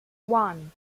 one